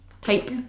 type